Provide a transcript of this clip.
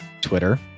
twitter